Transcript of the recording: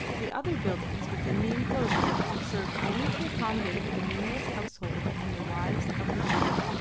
the other buildings within the enclosure served only to accommodate the numerous household and the wives of the ruler.